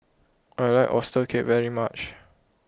I like Oyster Cake very much